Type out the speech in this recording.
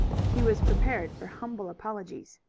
he was prepared for humble apologies.